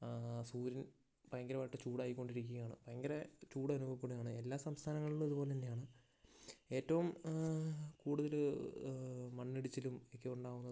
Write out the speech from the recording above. ആ സൂര്യൻ ഭയങ്കരമായിട്ട് ചൂടായികൊണ്ടിരിക്കുകയാണ് ഭയങ്കര ചൂടനുഭവപ്പെടാണ് എല്ലാ സംസ്ഥാനങ്ങളിലും ഇതുപോലെ തന്നെയാണ് ഏറ്റവും കൂടുതല് ആ മണ്ണിടിച്ചിലും ഒക്കെ ഉണ്ടാകുന്നത്